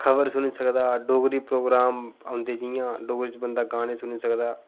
खबर सुनी सकदा डोगरी प्रोग्राम औंदे जि'यां डोगरी च बंदा गाने सुनी सकदा